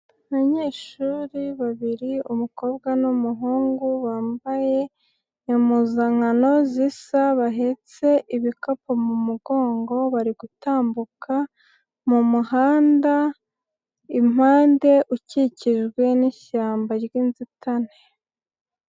Abanyeshuri babiri umukobwa n'umuhungu, bambaye impuzankano zisa, bahetse ibikapu mu mugongo, bari gutambuka mu muhanda impande ukikijwe n'ishyamba ry'inzitane.